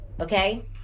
okay